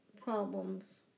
problems